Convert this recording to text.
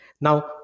Now